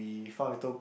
we found little